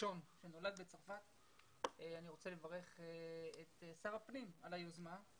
הראשון שנולד בצרפת ואני רוצה לברך את שר הפנים על היוזמה.